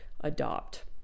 adopt